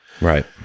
Right